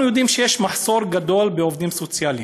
אנחנו יודעים שיש מחסור גדול בעובדים סוציאליים,